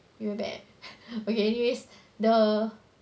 you there okay anyways the